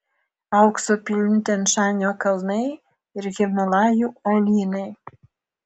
aukso pilni tian šanio kalnai ir himalajų uolynai